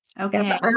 Okay